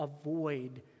avoid